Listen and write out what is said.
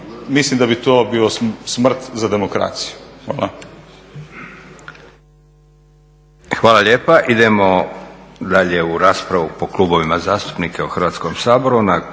mislim da bi to bio smrt za demokraciju. Hvala.